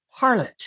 harlot